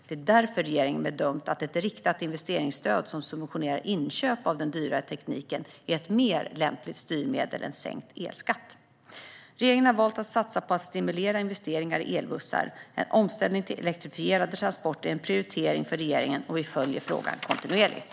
Det är därför regeringen bedömt att ett riktat investeringsstöd som subventionerar inköp av den dyrare tekniken är ett mer lämpligt styrmedel än sänkt elskatt. Regeringen har valt att satsa på att stimulera investeringar i elbussar. En omställning till elektrifierade transporter är en prioritering för regeringen, och vi följer frågan kontinuerligt.